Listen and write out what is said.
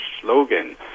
slogan